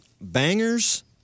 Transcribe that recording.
Bangers